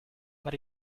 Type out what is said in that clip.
but